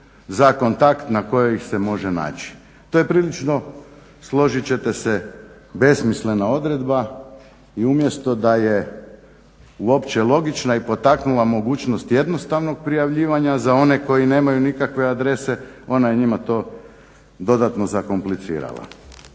za kontakt na kojoj ih se može naći. To je prilično složit ćete se besmislena odredba. I umjesto da je uopće logična i potaknula mogućnost jednostavnog prijavljivanja za one koji nemaju nikakve adrese ona je njima to dodatno zakomplicirala.